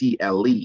CLE